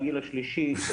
מהגיל השלישי,